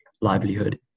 livelihood